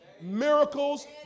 miracles